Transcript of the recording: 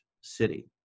city